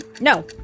No